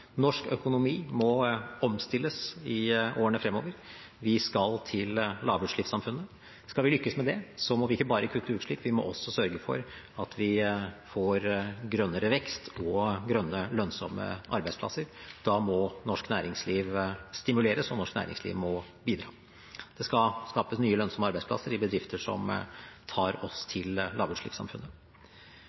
Norsk økonomi må omstilles i årene fremover. Vi skal til lavutslippssamfunnet. Skal vi lykkes med det, må vi ikke bare kutte i utslipp, vi må også sørge for at vi får grønnere vekst og grønne, lønnsomme arbeidsplasser. Da må norsk næringsliv stimuleres, og norsk næringsliv må bidra. Det skal skapes nye, lønnsomme arbeidsplasser i bedrifter som tar oss til lavutslippssamfunnet.